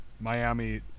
Miami